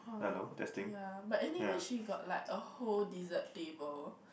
ya but anyway she got like a whole dessert table